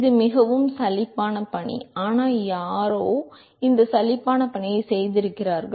இது மிகவும் சலிப்பான பணி ஆனால் யாரோ இந்த சலிப்பான பணியைச் செய்திருக்கிறார்கள்